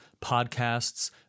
podcasts